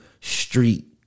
street